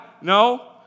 No